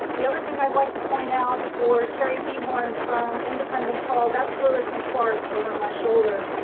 the other thing i'd like to point out for cara de horn from independence hall. that's lewis and clark over my shoulder.